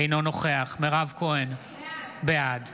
אינו נוכח מירב כהן, בעד